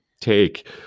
take